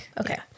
okay